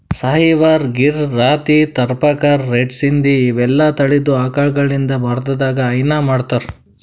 Sahiwal, Gir, Rathi, Tharparkar, red Sindhi ಇವೆಲ್ಲಾ ತಳಿದ್ ಆಕಳಗಳಿಂದ್ ಭಾರತದಾಗ್ ಹೈನಾ ಮಾಡ್ತಾರ್